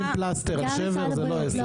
לשים פלסטר על שבר זה לא עסק.